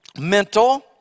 mental